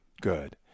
Good